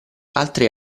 altre